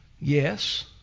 Yes